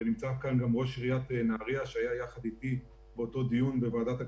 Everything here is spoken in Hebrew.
נמצא כאן גם ראש עיריית נהריה שהיה יחד אתי באותו דיון בוועדת הכספים,